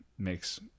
makes